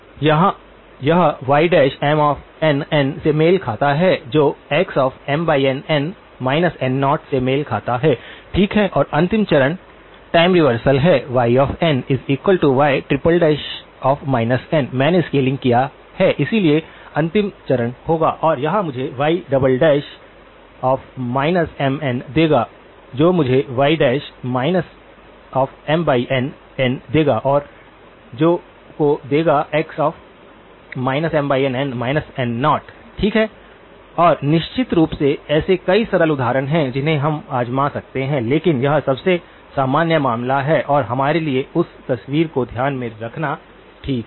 यह yMNn से मेल खाता है जो xMNn N0 से मेल खाता है ठीक है और अंतिम चरण एकटाइम रिवर्सल है yny n मैने स्केलिंग किया है इसलिए अंतिम चरण होगा और यह मुझे y Mn देगा जो मुझे y MNn देगा और जो को देगा x MNn N0 ठीक है और निश्चित रूप से ऐसे कई सरल उदाहरण हैं जिन्हें हम आज़मा सकते हैं लेकिन यह सबसे सामान्य मामला है और हमारे लिए उस तस्वीर को ध्यान में रखना ठीक है